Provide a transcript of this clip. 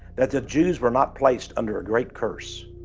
that the jews were not placed under a great curse